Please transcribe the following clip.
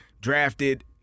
drafted